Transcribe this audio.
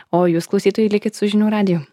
o jūs klausytojai likit su žinių radiju